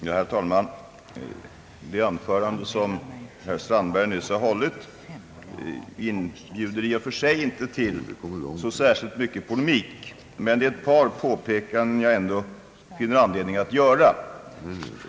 Herr talman! Herr Strandbergs anförande inbjuder i och för sig inte till så särskilt mycket polemik, men det är i alla fall ett par påpekanden jag finner anledning att göra.